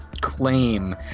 claim